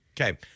Okay